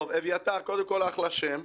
אביתר, קודם כול, אחלה שם.